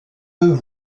deux